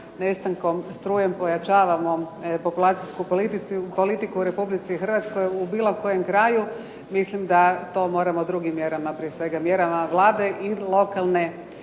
nestankom struje pojačavamo populacijsku politiku u Republici Hrvatskoj u bilo kojem kraju. Mislim da to moramo drugim mjerama, prije svega mjerama Vlade i lokalne